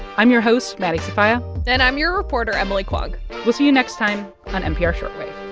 i'm your host maddie sofia and i'm your reporter emily kwong we'll see you next time on npr short wave